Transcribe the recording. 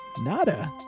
Nada